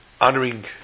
Honoring